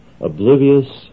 oblivious